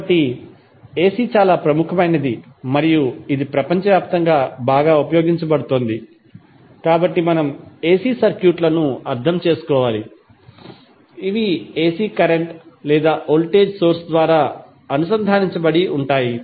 కాబట్టి ఎసి చాలా ప్రముఖమైనది మరియు ఇది ప్రపంచవ్యాప్తంగా బాగా ఉపయోగించబడుతోంది కాబట్టి మనం ఎసి సర్క్యూట్లను అర్థం చేసుకోవాలి ఇవి ఎసి కరెంట్ లేదా వోల్టేజ్ సోర్స్ ద్వారా అనుసంధానించబడి ఉంటాయి